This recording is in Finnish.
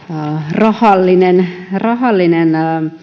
rahallinen rahallinen